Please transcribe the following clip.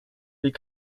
les